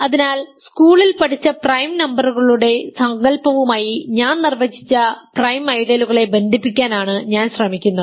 അതിനാൽ സ്കൂളിൽ പഠിച്ച പ്രൈം നമ്പറുകളുടെ സങ്കൽപ്പവുമായി ഞാൻ നിർവചിച്ച പ്രൈം ഐഡിയലുകളെ ബന്ധിപ്പിക്കാൻ ആണ് ഞാൻ ശ്രമിക്കുന്നത്